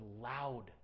loud